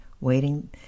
waiting